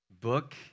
book